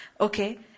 Okay